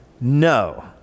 No